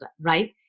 Right